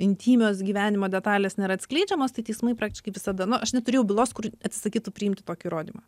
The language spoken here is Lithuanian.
intymios gyvenimo detalės nėra atskleidžiamos tai teismai praktiškai visada nu aš neturėjau bylos kur atsisakytų priimti tokį įrodymą